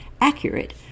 accurate